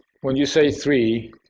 when you say three,